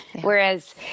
Whereas